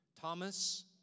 Thomas